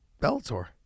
bellator